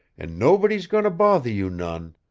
an' nobody's goin' to bother you none.